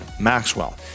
Maxwell